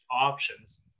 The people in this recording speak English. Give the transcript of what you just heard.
options